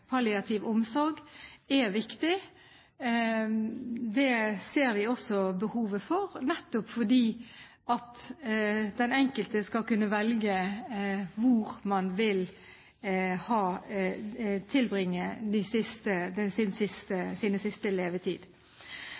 palliativ omsorg er viktig. Det ser vi også behovet for, nettopp fordi den enkelte skal kunne velge hvor han eller hun vil tilbringe sin siste